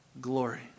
glory